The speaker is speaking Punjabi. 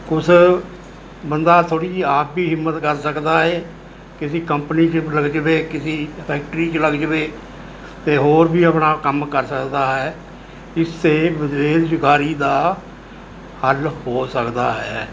ਕੁਛ ਬੰਦਾ ਥੋੜ੍ਹੀ ਜਿਹੀ ਆਪ ਵੀ ਹਿੰਮਤ ਕਰ ਸਕਦਾ ਹੈ ਕਿਸੀ ਕੰਪਨੀ 'ਚ ਮਤਲਬ ਕਿ ਵੇਖ ਕਿਸੀ ਫੈਕਟਰੀ 'ਚ ਲੱਗ ਜਾਵੇ ਅਤੇ ਹੋਰ ਵੀ ਆਪਣਾ ਕੰਮ ਕਰ ਸਕਦਾ ਹੈ ਇਸ ਸੇ ਬੇਰੁਜ਼ਗਾਰੀ ਦਾ ਹੱਲ ਹੋ ਸਕਦਾ ਹੈ